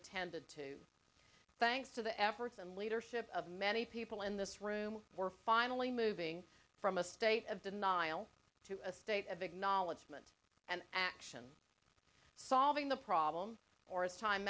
attended to thanks to the efforts and leadership of many people in this room we're finally moving from a state of denial to a state of acknowledgement and action solving the problem or is time